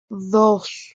dos